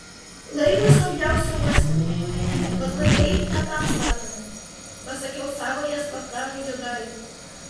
laivui saugiausia uoste bet laivai ne tam statomi pasakiau savąją slaptažodžio dalį